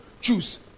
choose